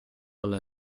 alla